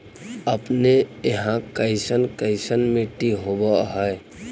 अपने यहाँ कैसन कैसन मिट्टी होब है?